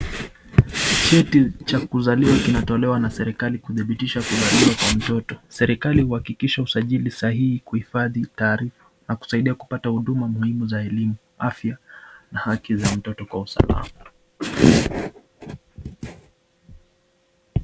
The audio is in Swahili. Cheti cha kuzaliwa kinatolewa na serikali kudhibitisha kuzaliwa kwa mtoto. Serikali uhakikisha usaj8li ni sahihi kuifadhi taarifa kupata huduma muhimu za elimu, afya na haki za mtoto kwa usalama.